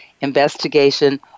Investigation